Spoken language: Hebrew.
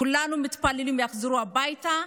כולנו מתפללים שיחזרו הביתה.